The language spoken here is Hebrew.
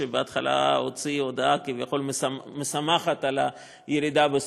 שבהתחלה הוציא הודעה כביכול שמחה על הירידה במצב